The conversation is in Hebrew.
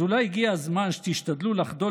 אז אולי הגיע הזמן שתשתדלו לחדול